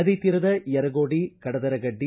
ನದಿ ತೀರದ ಯರಗೋಡಿ ಕಡದರಗಡ್ಡಿ